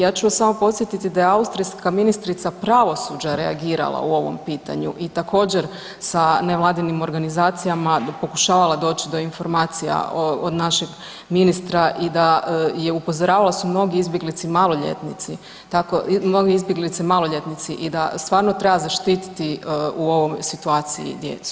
Ja ću vas samo podsjetiti da je austrijska ministrica pravosuđa reagirala u ovom pitanju i također sa nevladinim organizacijama pokušavala doći do informacija od našeg ministra i da je upozoravala da su mnogi izbjeglice maloljetnici tako, mnoge izbjeglice maloljetnici i da stvarno treba zaštiti u ovoj situaciji djecu.